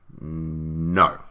No